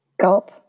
Gulp